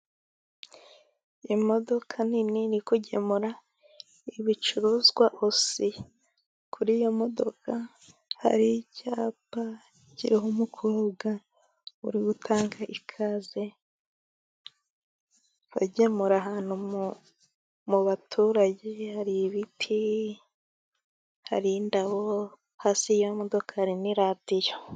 Imodoka nini iri kugemura ibicuruzwa osi. Kuri iyo modoka hari icyapa kiriho umukobwa uri gutanga ikaze, bagemura ahantu mu baturage hari ibiti, hari indabo, hasi y'imodoka hari n'iradiyo.